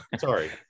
Sorry